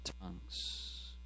tongues